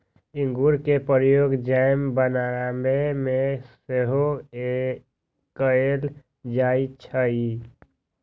इंगूर के प्रयोग जैम बनाबे में सेहो कएल जाइ छइ